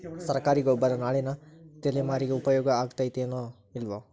ಸರ್ಕಾರಿ ಗೊಬ್ಬರ ನಾಳಿನ ತಲೆಮಾರಿಗೆ ಉಪಯೋಗ ಆಗತೈತೋ, ಇಲ್ಲೋ?